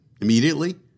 immediately